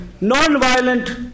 non-violent